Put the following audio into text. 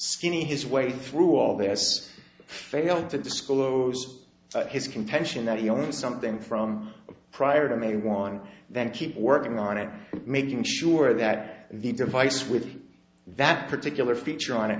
skinny his way through all this failed to disclose his contention that he wants something from prior to maybe one then keep working on it and making sure that the device with that particular feature on it